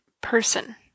person